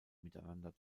miteinander